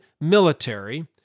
military